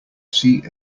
see